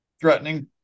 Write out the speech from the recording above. threatening